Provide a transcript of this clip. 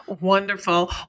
Wonderful